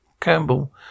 Campbell